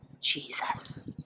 Jesus